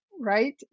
right